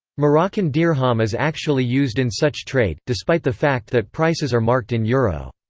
moroccan dirham um is actually used in such trade, despite the fact that prices are marked in euro.